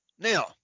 Now